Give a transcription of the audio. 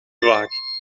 vaak